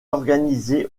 organisée